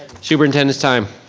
superintendent's time.